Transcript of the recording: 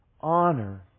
Honor